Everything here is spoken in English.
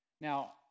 Now